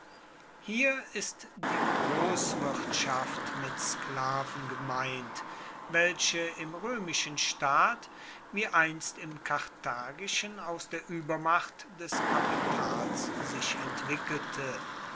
hier ist die großwirtschaft mit sklaven gemeint welche im römischen staat wie einst im karthagischen aus der übermacht des kapitals sich entwickelte